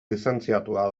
lizentziatua